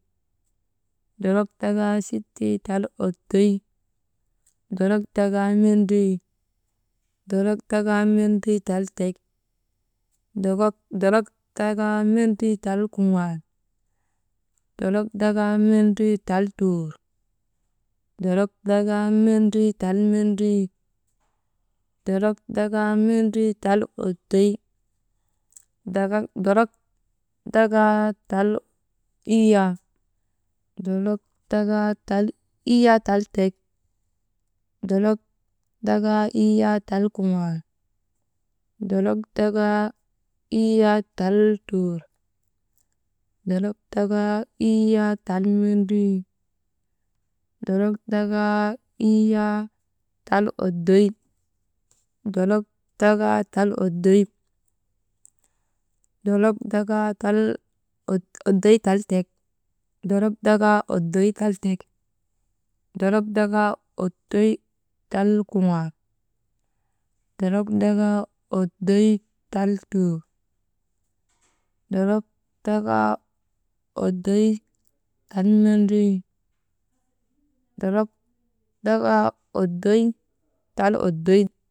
Dolok dakaa sittii tal oddoy, dolok dakaa mendrii, dolok dakaa mendrii tal tek, «hesitation» dolok dakaa mendrii tal kuŋaal, dolok dakaa mendrii tal tuur, dolok dakaa mendrii tal mendrii, dolok dakaa mendrii tal oddoy, dakak, dolok dakaa tal iyyaa, dolok dakaa tal iyyaa tal tek, dolok dakaa tal iyyaa tal kuŋaal, dolok dakaa tal iyyaa tal tuur, dolok dakaa tal iyyaa tal mendrii, dolok dakaa tal iyyaa tal oddoy, dolok dakaa tal oddoy, dolok dakaa tal «hesitation» oddoy tal tek, dolok dakaa oddoy tal tek,, dolok dakaa oddoy tal kuŋaal,, dolok dakaa oddoy tal tuur,, dolok dakaa oddoy tal mendrii,, dolok dakaa oddoy tal oddoy.